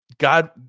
God